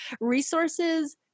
resources